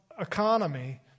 economy